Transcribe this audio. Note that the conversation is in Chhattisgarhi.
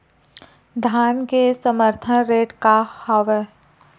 धान के समर्थन रेट का हवाय?